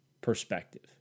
perspective